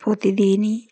প্রতিদিনই